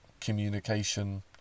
communication